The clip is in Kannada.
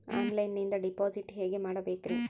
ಆನ್ಲೈನಿಂದ ಡಿಪಾಸಿಟ್ ಹೇಗೆ ಮಾಡಬೇಕ್ರಿ?